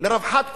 לרווחת כולם.